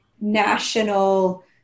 national